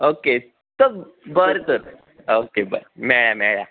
okay चल बरें तर ओके बरें मेळया मेळया